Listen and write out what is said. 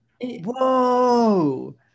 Whoa